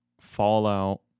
Fallout